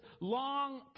long